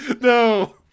No